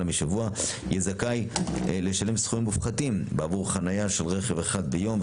משבוע יהיה זכאי לשלם סכומים מופחתים עבור חניה של רכב אחד ביום,